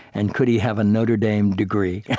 and could he have a notre dame degree? yeah